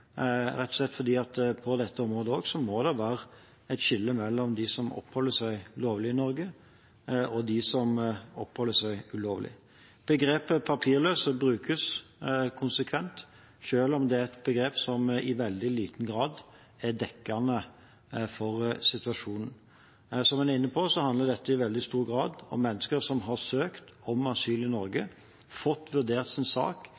rett og slett fordi det på dette området også må være et skille mellom dem som oppholder seg lovlig i Norge, og dem som oppholder seg ulovlig. Begrepet «papirløs» brukes konsekvent, selv om det er et begrep som i veldig liten grad er dekkende for situasjonen. Som en er inne på, handler dette i veldig stor grad om mennesker som har søkt om asyl i Norge, fått vurdert sin sak